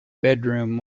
bedroom